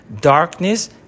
darkness